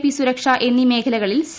പ്പി സുരക്ഷ എന്നീ മേഖലകളിൽ സി